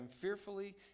fearfully